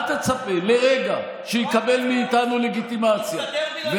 אל תצפה לרגע שיקבל מאיתנו לגיטימציה.